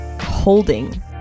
holding